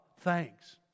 thanks